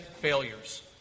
failures